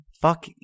Fuck